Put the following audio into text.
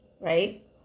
right